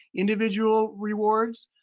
individual rewards.